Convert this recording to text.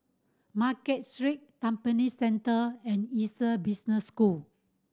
Market Street Tampine Central and Essec Business School